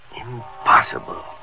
Impossible